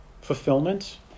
fulfillment